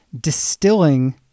distilling